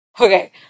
Okay